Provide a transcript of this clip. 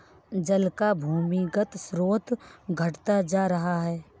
जल का भूमिगत स्रोत घटता जा रहा है